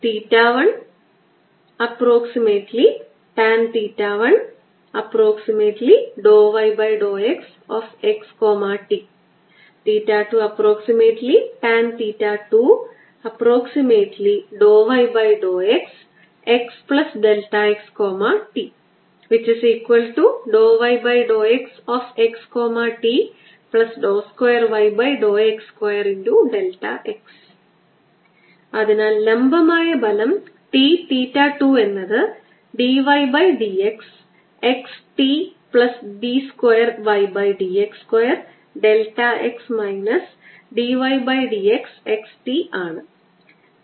1≈tan 1∂y∂xxt2tan 2∂y∂xxxt∂y∂xxt2yx2x അതിനാൽ ലംബമായ ബലം T തീറ്റ 2 എന്നത് d y by d x x t plus d square y d x square delta x minus d y by d x x t ആണ്